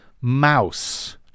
*Mouse*